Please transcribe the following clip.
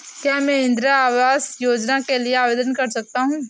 क्या मैं इंदिरा आवास योजना के लिए आवेदन कर सकता हूँ?